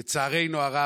לצערנו הרב,